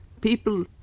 people